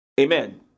Amen